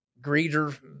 greeter